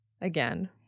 again